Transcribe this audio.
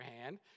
hand